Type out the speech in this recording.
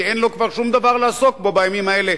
כי אין לו כבר שום דבר לעסוק בו בימים האלה,